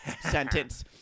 sentence